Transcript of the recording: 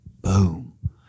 Boom